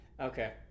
Okay